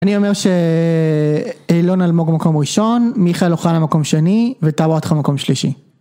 אני אומר שאילון אלמוג מקום ראשון, מיכאל אוחנה מקום שני וטאל וואטחה מקום שלישי